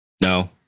No